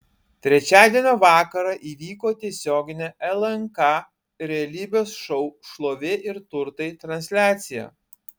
trečiadienio vakarą įvyko tiesioginė lnk realybės šou šlovė ir turtai transliacija